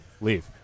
Leave